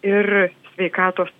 ir sveikatos